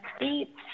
eight